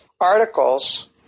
articles